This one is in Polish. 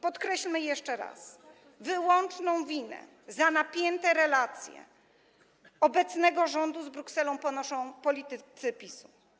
Podkreślmy jeszcze raz: Wyłączną winę za napięte relacje obecnego rządu z Brukselą ponoszą politycy PiS-u.